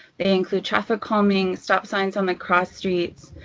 they include traffic calming, stop signs on the cross streets,